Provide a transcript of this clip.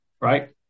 Right